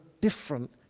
different